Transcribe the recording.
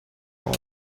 all